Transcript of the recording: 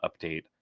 update